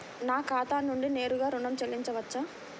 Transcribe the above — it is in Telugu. నా ఖాతా నుండి నేరుగా ఋణం చెల్లించవచ్చా?